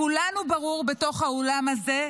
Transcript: לכולנו ברור, בתוך האולם הזה,